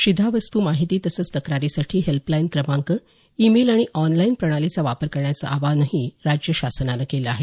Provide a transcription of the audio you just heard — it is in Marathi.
शिधावस्तू माहिती तसंच तक्रारीसाठी हेल्पलाईन क्रमांक ई मेल आणि ऑनलाईन प्रणालीचा वापर करण्याचं आवाहनही राज्य शासनानं केलं आहे